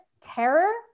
terror